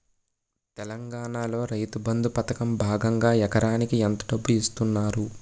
తెలంగాణలో రైతుబంధు పథకం భాగంగా ఎకరానికి ఎంత డబ్బు ఇస్తున్నారు?